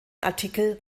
artikel